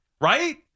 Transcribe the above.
right